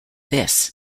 this